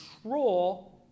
control